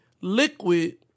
liquid